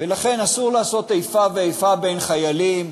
לכן אסור לעשות איפה ואיפה בין חיילים,